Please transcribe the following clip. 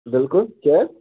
بِلکُل کیٛاہ